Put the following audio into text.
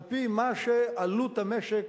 על-פי מה שעלות המשק,